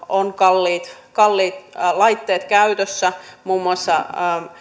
on kalliit kalliit laitteet käytössä muun muassa